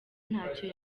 ntacyo